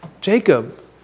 Jacob